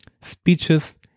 speeches